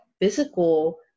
physical